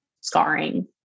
scarring